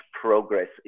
progress